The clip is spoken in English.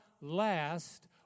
last